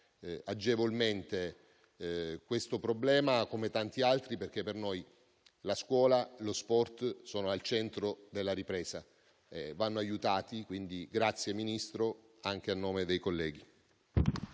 agevolmente questo problema, come tanti altri, perché per noi la scuola e lo sport sono al centro della ripresa e vanno aiutati. Quindi, grazie Ministro, anche a nome dei colleghi.